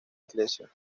iglesia